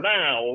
now